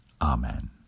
Amen